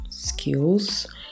skills